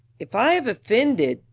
if i have offended,